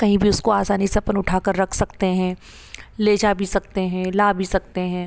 कहीं भी उसको आसानी से अपन उठाकर रख सकते हैं ले जा भी सकते हैं ला भी सकते हैं